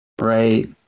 Right